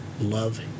love